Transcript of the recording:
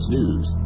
News